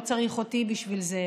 לא צריך אותי בשביל זה.